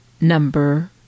number